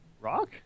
Rock